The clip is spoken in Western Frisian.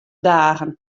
dagen